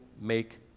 make